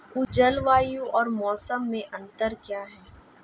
जलवायु और मौसम में अंतर क्या है?